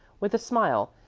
with a smile.